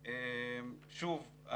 שוב,